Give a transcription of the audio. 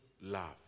love